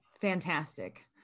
Fantastic